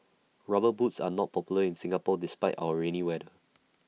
rubber boots are not popular in Singapore despite our rainy weather